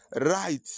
right